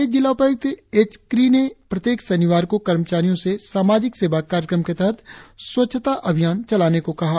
प्रभारी जिला उपायुक्त एच क्री ने प्रत्येक शनिवार को कर्मचारियों से सामाजिक सेवा कार्यक्रम के तहत स्वच्छता अभियान चलाने को कहा